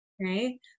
Right